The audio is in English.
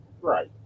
Right